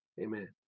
Amen